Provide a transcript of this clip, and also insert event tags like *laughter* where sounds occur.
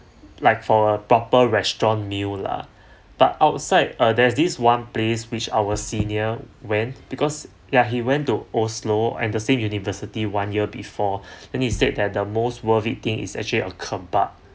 like for a proper restaurant meal lah but outside uh there's this one place which our senior went because ya he went to oslo and the same university one year before *breath* and he said that the most worthy thing is actually a kebab